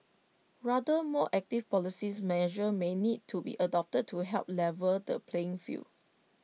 rather more active policies measures may need to be adopted to help level the playing field